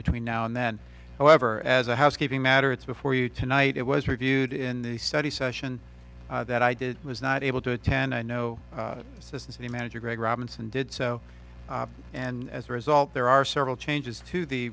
between now and then however as a housekeeping matter it's before you tonight it was reviewed in the study session that i did was not able to attend i know this is a manager greg robinson did so and as a result there are several changes to the